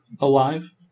alive